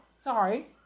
Sorry